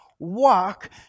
walk